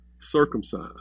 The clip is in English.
circumcised